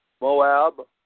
Moab